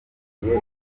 biteye